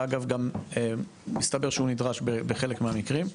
ואגב, גם מסתבר שהוא נדרש בחל מהמקרים.